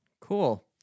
Cool